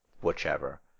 whichever